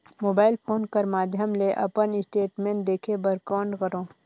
Mobile phone कर माध्यम ले अपन स्टेटमेंट देखे बर कौन करों?